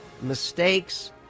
mistakes